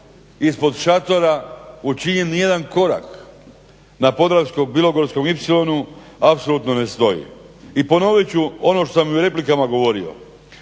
ispod šatora učinjen nijedan korak na Podravsko-bilogorskom ipsilonu apsolutno ne stoje. I ponovit ću ono što sam i u replikama govorio.